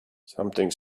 something